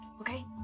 Okay